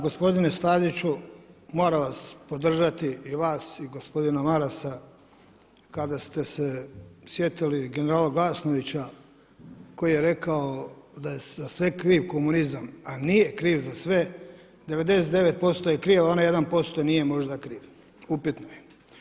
Ja gospodine Staziću moram vas podržati i vas i gospodina Marasa kada ste se sjetili generala Glasnovića koji je rekao da je za sve kriv komunizam a nije kriv za sve, 99% je kriv onaj a 1% nije možda kriv, upitno je.